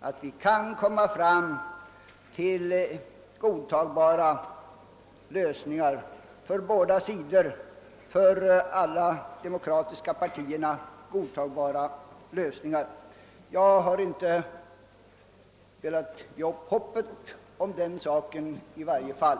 och att vi kan nå fram till för alla de demokratiska partierna godtagbara lösningar. Jag har i varje fall inte velat ge upp hoppet därvidlag.